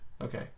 Okay